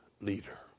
leader